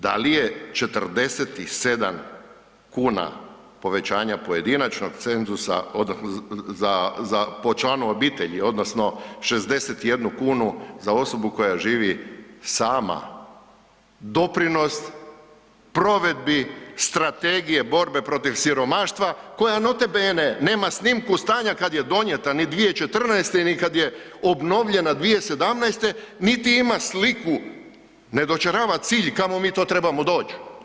Da li je 47 kuna povećanja pojedinačnog cenzusa, za članu obitelji odnosno 61 kunu za osobu koja živi sama, doprinos provedbi Strategiji borbe protiv siromaštva, koja note bene nema snimku stanja kad je donijeta 2014. ni kad je obnovljena 2017. niti ima sliku, ne dočarava cilj kamo mi to trebamo doći.